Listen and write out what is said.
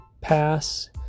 pass